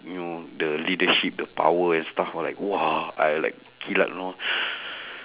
you know the leadership the power and stuff all like !whoa! I like kilat you know